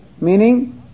meaning